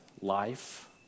life